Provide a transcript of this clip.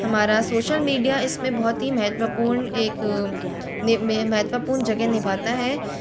हमारा social media इसमें बहुत ही महत्वपूर्ण एक महत्वपूर्ण जगह निभाता है